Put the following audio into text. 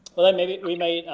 well then, maybe we may,